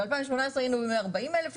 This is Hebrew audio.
ב-2018 היינו ב-140,000 עצים.